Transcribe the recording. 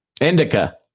Indica